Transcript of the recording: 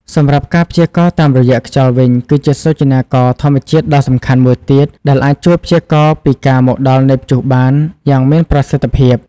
សម្រាប់ការព្យាករណ៍តាមរយៈខ្យល់វិញគឺជាសូចនាករធម្មជាតិដ៏សំខាន់មួយទៀតដែលអាចជួយព្យាករណ៍ពីការមកដល់នៃព្យុះបានយ៉ាងមានប្រសិទ្ធភាព។